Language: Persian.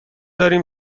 داریم